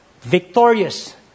victorious